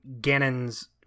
Ganon's